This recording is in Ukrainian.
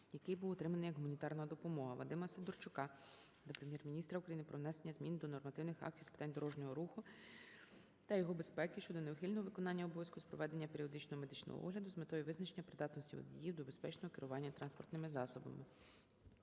який був отриманий як гуманітарна допомога. Вадима Сидорчука до Прем'єр-міністра України про внесення змін до нормативних актів з питань дорожнього руху та його безпеки щодо неухильного виконання обов'язку з проведення періодичного медичного огляду з метою визначення придатності водіїв до безпечного керування транспортними засобами.